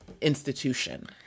institution